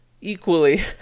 equally